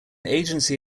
agency